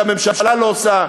מה שהממשלה לא עושה.